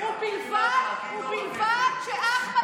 ובלבד שאחמד טיבי,